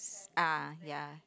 ah ya